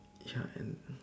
ya then